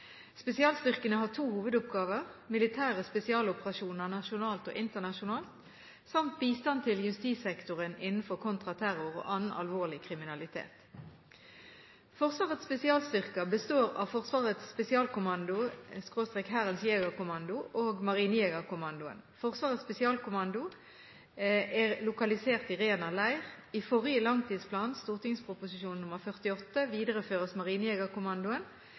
Spesialstyrkene har to hovedoppgaver: militære spesialoperasjoner nasjonalt og internasjonalt samt bistand til justissektoren innenfor kontraterror og annen alvorlig kriminalitet. Forsvarets spesialstyrker består av Forsvarets spesialkommando/Hærens jegerkommando og Marinejegerkommandoen. Forsvarets spesialkommando/Hærens jegerkommando er lokalisert i Rena leir. I forrige langtidsplan, St.prp. nr. 48 for 2007–2008, videreføres Marinejegerkommandoen